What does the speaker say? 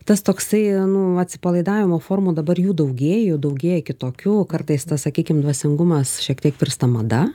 tas toksai nu atsipalaidavimo formų dabar jų daugėja jų daugėja kitokių kartais tas sakykim dvasingumas šiek tiek virsta mada